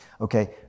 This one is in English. okay